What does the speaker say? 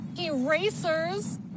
erasers